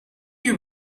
you